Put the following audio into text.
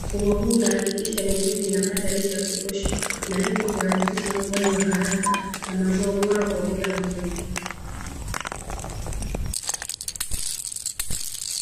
Mfumo huu unahakikisha mizizi inapata lishe ya kutosha na hivyo kurahisisha ukuaji wa haraka na mazao bora kwa muda mfupi.